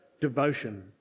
devotion